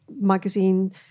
magazine